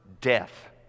death